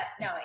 no